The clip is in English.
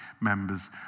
members